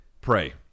Pray